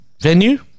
venue